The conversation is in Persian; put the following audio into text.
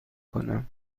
کنم